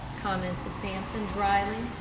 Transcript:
commented sampson, dryly.